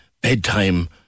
Bedtime